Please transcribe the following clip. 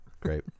great